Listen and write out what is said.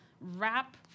rap